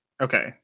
Okay